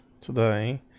today